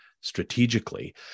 strategically